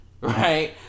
right